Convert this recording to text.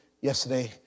yesterday